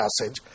passage